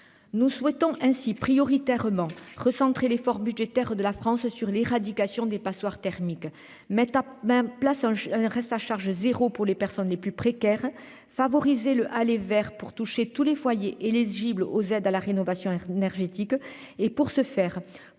Nous souhaitons ainsi prioritairement recentrer l'effort budgétaire de la France sur l'éradication des passoires thermiques mettent à ma place. Reste à charge zéro pour les personnes les plus précaires favoriser le aller vers pour toucher tous les foyers et les Gibloux aux aides à la rénovation d'énergétique et pour se faire